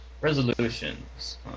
Resolutions